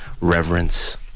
reverence